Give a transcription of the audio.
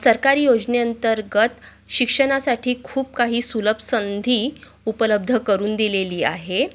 सरकारी योजनेअंतर्गत शिक्षणासाठी खूप काही सुलभ संधी उपलब्ध करून दिलेली आहे